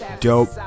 dope